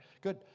good